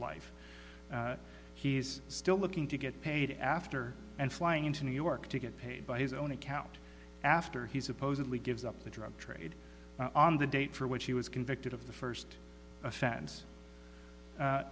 life he's still looking to get paid after and flying into new york to get paid by his own account after he supposedly gives up the drug trade on the date for which he was convicted of the first offense